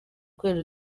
kubera